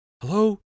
Hello